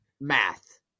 math